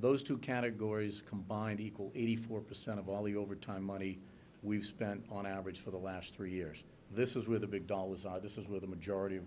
those two categories combine to equal eighty four percent of all the overtime money we've spent on average for the last three years this is where the big dollars are this is where the majority of